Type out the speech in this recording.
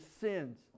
sins